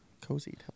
Cozy